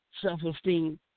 self-esteem